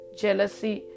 jealousy